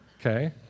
Okay